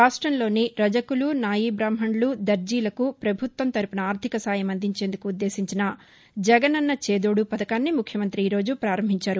రాష్టంలోని రజకులు నాయీ బాహ్వణులు దర్దీలకు పభుత్వం తరపున ఆర్గిక సాయం అందించేందుకు ఉద్దేశించిన జగనన్న చేదోడు పథకాన్ని ముఖ్యమంతి ఈ రోజు ప్రారంభించారు